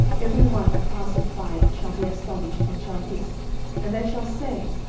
every one that passeth by it shall be astonished, and shall hiss and they shall say,